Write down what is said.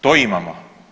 To imamo.